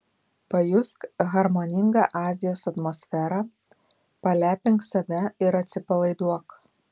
pajusk harmoningą azijos atmosferą palepink save ir atsipalaiduok